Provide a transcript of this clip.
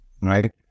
right